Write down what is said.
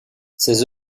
ses